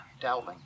Dowling